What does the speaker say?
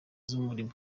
z’umurimo